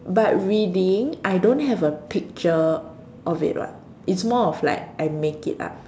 but reading I don't have a picture of it [what] it's more of like I make it up